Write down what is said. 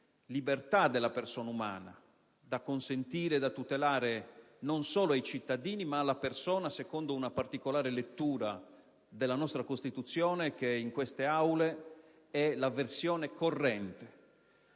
libertà della persona umana che debbono essere tutelati non solo ai cittadini ma alla persona, secondo una particolare lettura della nostra Costituzione che in queste Aule è la versione corrente.